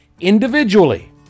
individually